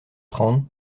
trente